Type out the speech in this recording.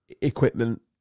equipment